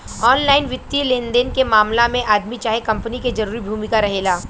online वित्तीय लेनदेन के मामला में आदमी चाहे कंपनी के जरूरी भूमिका रहेला